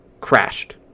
crashed